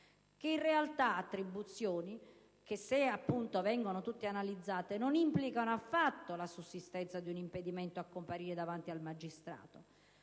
dei Ministri, attribuzioni che in realtà, se fossero tutte analizzate, non implicano affatto la sussistenza di un impedimento a comparire davanti al magistrato.